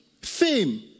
fame